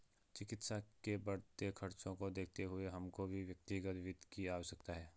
चिकित्सा के बढ़ते खर्चों को देखते हुए हमको भी व्यक्तिगत वित्त की आवश्यकता है